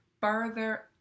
further